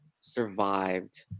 survived